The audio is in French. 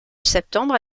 septembre